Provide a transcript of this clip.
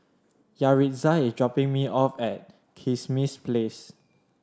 Yaritza is dropping me off at Kismis Place